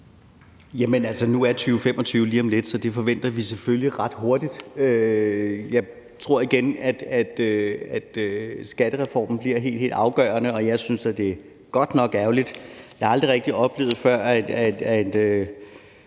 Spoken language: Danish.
Nu er det jo 2025 lige om lidt, så det forventer vi selvfølgelig sker ret hurtigt. Jeg tror igen, at skattereformen bliver helt afgørende. Og jeg synes da, at det godt nok er ærgerligt – jeg har aldrig rigtig oplevet før – at